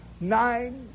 Nine